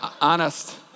Honest